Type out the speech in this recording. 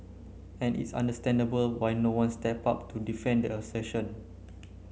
and it's understandable why no one stepped up to defend the assertion